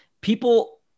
people